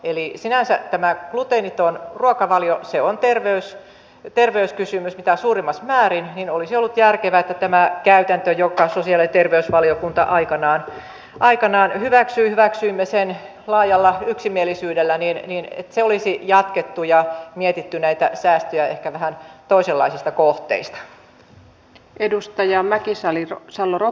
eli sinänsä tämä gluteeniton ruokavalio on terveyskysymys mitä suurimmassa määrin ja olisi ollut järkevää että tätä käytäntöä jonka sosiaali ja terveysvaliokunta aikanaan hyväksyi hyvksyimme sen laajalla yksimielisyydellä olisi jatkettu ja mietitty näitä säästöjä ehkä vähän toisenlaisista kohteista